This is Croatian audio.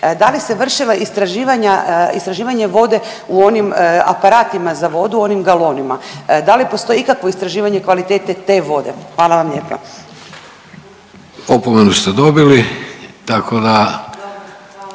da li se vršila istraživanje vode u onim aparatima za vodu, onim galonima. Da li postoji ikakvo istraživanje kvalitete te vode. Hvala vam lijepa. **Vidović, Davorko